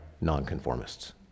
nonconformists